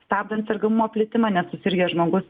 stabdant sergamumo plitimą nes susirgęs žmogus